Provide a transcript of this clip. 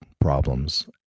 problems